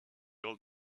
old